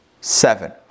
seven